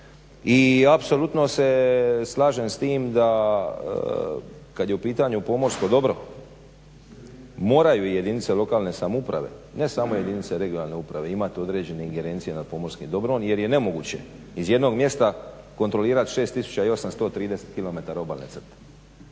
i apsolutno se slažem s tim da kad je u pitanju pomorsko dobro moraju jedinice lokalne samouprave, ne samo jedinice regionalne uprave imat određene ingerencije nad pomorskim dobrom jer je nemoguće iz jednog mjesta kontrolirat 6830 km obalne crte.